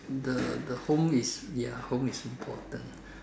the the home is ya home is important